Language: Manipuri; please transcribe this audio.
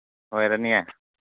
ꯑꯣꯏꯔꯅꯤꯌꯦ